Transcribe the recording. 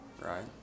right